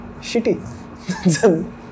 Shitty